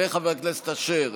וחבר הכנסת אשר.